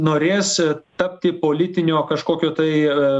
norės tapti politinio kažkokio tai